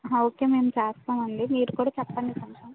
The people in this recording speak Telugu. ఓకే మేమ్ చేస్తామండి మీరు కూడా చెప్పండి కొంచెం